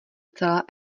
celá